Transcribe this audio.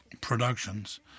productions